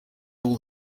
all